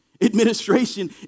administration